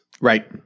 Right